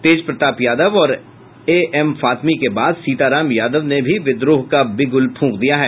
तेजप्रताप यादव और एएम फातमी के बाद सीताराम यादव ने भी विद्रोह का विगुल फुंक दिया है